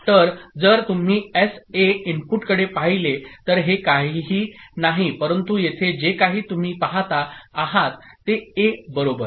तर जर तुम्ही एसए इनपुटकडे पाहिले तर हे काहीही नाही परंतु येथे जे काही तुम्ही पाहता आहात ते ए बरोबर